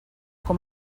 com